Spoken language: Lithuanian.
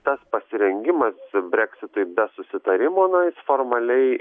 tas pasirengimas breksitui be susitarimo na jis formaliai